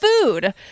food